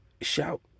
shout